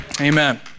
Amen